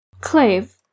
Clave